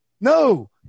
no